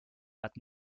but